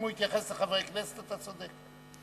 אם הוא התייחס לחברי כנסת, אתה צודק.